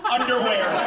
Underwear